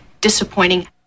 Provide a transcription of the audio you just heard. disappointing